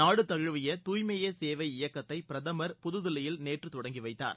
நாடு தழுவிய தூய்மையே சேவை இயக்கத்தை பிரதமர் புதுதில்லியில் நேற்று தொடங்கி வைத்தார்